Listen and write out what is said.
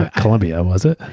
ah columbia, was it?